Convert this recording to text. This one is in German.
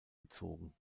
gezogen